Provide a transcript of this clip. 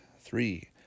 Three